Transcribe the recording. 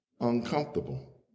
uncomfortable